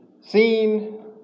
seen